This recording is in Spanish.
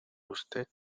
usted